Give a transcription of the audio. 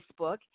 facebook